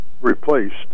replaced